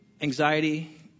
anxiety